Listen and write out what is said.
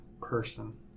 person